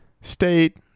state